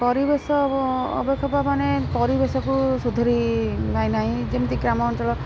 ପରିବେଶ ଅବକ୍ଷୟ ମାନେ ପରିବେଶକୁ ସୁଧାରି ପାଇନାହିଁ ଯେମିତି ଗ୍ରାମାଞ୍ଚଳ